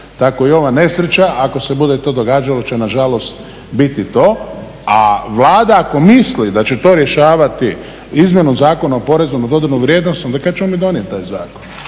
Tako i ova nesreća ako se to bude događalo će nažalost biti to, a Vlada ako misli da će to rješavati izmjenom Zakona o porezu na dodanu vrijednost onda kada ćemo mi donijeti taj zakon.